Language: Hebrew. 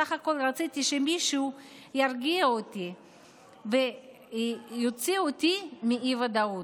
בסך הכול רציתי שמישהו ירגיע אותי ויוציא אותי מהאי-ודאות.